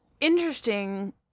Interesting